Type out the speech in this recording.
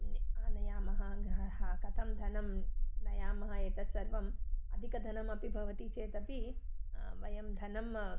ने आनयामः गृहं कथं धनं नयामः एतत् सर्वम् अधिकधनमपि भवति चेतपि वयं धनं